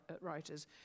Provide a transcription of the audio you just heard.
writers